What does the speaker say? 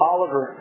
Oliver